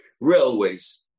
railways